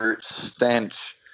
stench